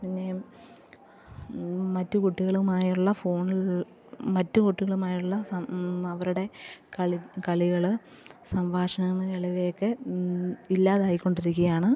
പിന്നെ മറ്റു കുട്ടികളുമായുള്ള ഫോൺ മറ്റു കുട്ടികളുമായുള്ള അവരുടെ കളികൾ സംഭാഷണങ്ങൾ ഇവയൊക്കെ ഇല്ലാതായിക്കൊണ്ടിരിക്കുകയാണ്